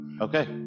Okay